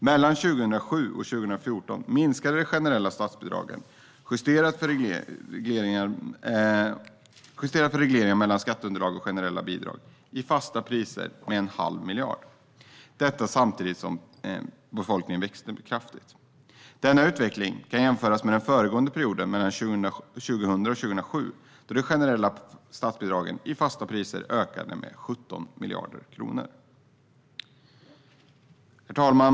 Mellan 2007 och 2014 minskade de generella statsbidragen, justerat för regleringar mel-lan skatteunderlag och generella bidrag, i fasta priser med en halv miljard. Detta skedde samtidigt som befolkningen växte mycket kraftigt. Denna utveckling kan jämföras med den föregående perioden, 2000-2007, då de generella statsbidragen i fasta priser ökade med nästan 17 miljarder kronor. Herr talman!